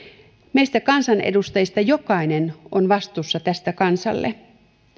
meistä kansanedustajista jokainen on vastuussa tästä kansalle